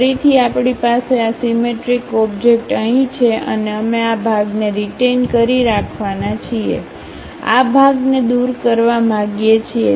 ફરીથી આપણી પાસે આ સીમેટ્રિકઓબજેકટઅહીં છે અને અમે આ ભાગને રીટેઈન કરી રાખવા ના છીએ આ ભાગને દૂર કરવા માગીએ છીએ